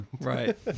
Right